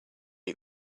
eat